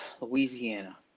Louisiana